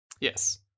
Yes